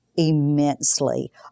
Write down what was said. immensely